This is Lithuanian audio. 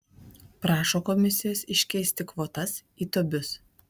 prašo komisijos iškeisti kvotas į tobius